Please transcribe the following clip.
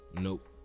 Nope